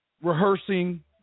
rehearsing